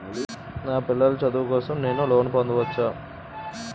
నా పిల్లల చదువు కోసం నేను లోన్ పొందవచ్చా?